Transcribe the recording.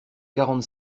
quarante